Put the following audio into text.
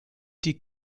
die